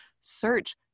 search